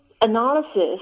analysis